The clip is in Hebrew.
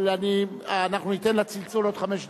אבל אנחנו ניתן לצלצול עוד חמש דקות,